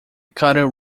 calder